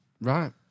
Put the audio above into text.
right